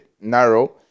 narrow